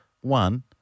One